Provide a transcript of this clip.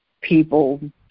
people